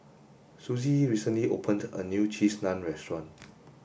Suzie recently opened a new cheese naan restaurant